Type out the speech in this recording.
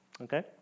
Okay